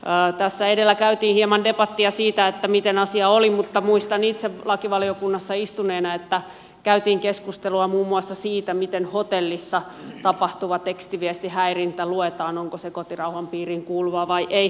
tässä edellä käytiin hieman debattia siitä miten asia oli mutta muistan itse lakivaliokunnassa istuneena että käytiin keskustelua muun muassa siitä miten hotellissa tapahtuva tekstiviestihäirintä luetaan onko se kotirauhan piiriin kuuluvaa vai ei